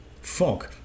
fog